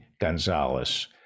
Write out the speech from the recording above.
Gonzalez